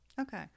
Okay